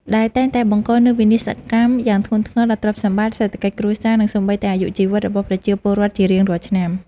ដែលតែងតែបង្កនូវវិនាសកម្មយ៉ាងធ្ងន់ធ្ងរដល់ទ្រព្យសម្បត្តិ សេដ្ឋកិច្ចគ្រួសារ និងសូម្បីតែអាយុជីវិតរបស់ប្រជាពលរដ្ឋជារៀងរាល់ឆ្នាំ។